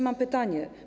Mam pytanie.